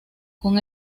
con